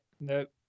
Nope